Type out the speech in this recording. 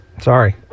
Sorry